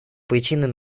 причиной